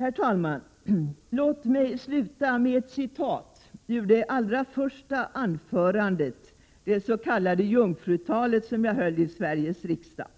Herr talman! Låt mig avsluta detta anförande med ett citat från det allra första anförandet som jag höll i Sveriges riksdag, mitt s.k.